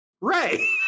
ray